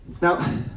Now